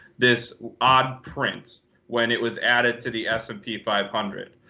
this odd print when it was added to the s and p five hundred.